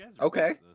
Okay